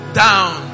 down